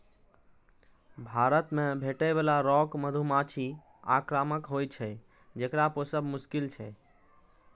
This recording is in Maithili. भारत मे भेटै बला रॉक मधुमाछी आक्रामक होइ छै, जेकरा पोसब मोश्किल छै